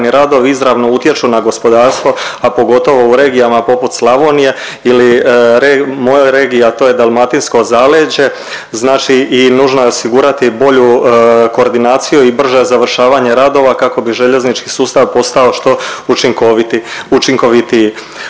radovi izravno utječu na gospodarstvo, a pogotovo u regijama poput Slavonije ili u mojoj regiji, a to je dalmatinsko zaleđe znači i nužno je osigurati bolju koordinaciju i brža završavanja radova kako bi željeznički sustav postao što učinkovitiji.